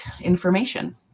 information